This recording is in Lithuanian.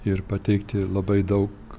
ir pateikti labai daug